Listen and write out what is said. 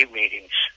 meetings